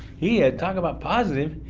yeah talk about positive!